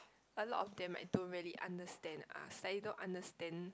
a lot of them like don't really understand us like they don't understand